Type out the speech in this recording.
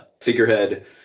figurehead